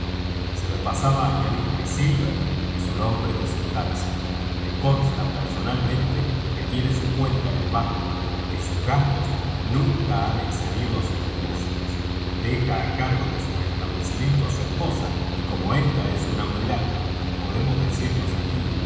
se me pasaba añadir que silver es un hombre de sustancia me consta personalmente que tiene su cuenta en el banco y que sus gastos nunca han excedido á sus depósitos deja á cargo de su establecimiento á su esposa y como ésta es una mulata podemos decirnos aquí